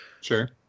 Sure